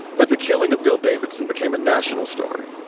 but the killing of bill davidson became a national story,